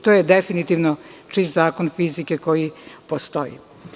To je definitivno čist zakon fizike koji postoji.